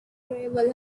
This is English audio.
gravel